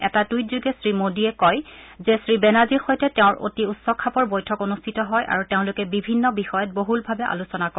এটা টুইটযোগে শ্ৰীমোদীয়ে কয় যে শ্ৰীবেনাৰ্জীৰ সৈতে তেওঁৰ অতি উচ্চ খাপৰ বৈঠক অনুষ্ঠিত হয় আৰু তেওঁলোকে বিভিন্ন বিষয়ত বহুলভাৱে আলোচনা কৰে